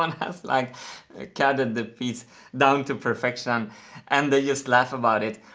um like kind of the piece down to perfection and they just laugh about it!